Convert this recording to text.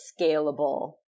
scalable